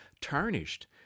tarnished